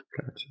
Gotcha